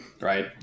right